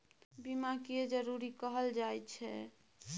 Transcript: बीमा किये जरूरी कहल जाय छै?